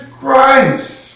Christ